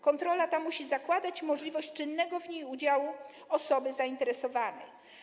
Kontrola ta musi zakładać możliwość czynnego w niej udziału osoby zainteresowanej.